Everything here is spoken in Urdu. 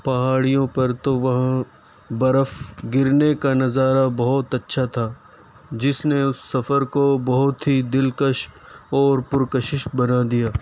پہاڑیوں پر تو وہاں بَرف گرنے کا نظارہ بہت اچّھا تھا جس نے اُس سفر کو بہت ہی دِلکش اور پُر کشش بنا دیا